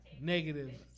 Negative